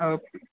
आओर